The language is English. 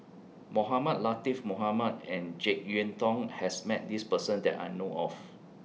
Mohamed Latiff Mohamed and Jek Yeun Thong has Met This Person that I know of